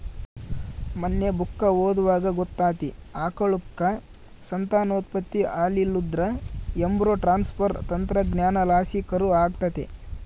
ಮನ್ನೆ ಬುಕ್ಕ ಓದ್ವಾಗ ಗೊತ್ತಾತಿ, ಆಕಳುಕ್ಕ ಸಂತಾನೋತ್ಪತ್ತಿ ಆಲಿಲ್ಲುದ್ರ ಎಂಬ್ರೋ ಟ್ರಾನ್ಸ್ಪರ್ ತಂತ್ರಜ್ಞಾನಲಾಸಿ ಕರು ಆಗತ್ತೆ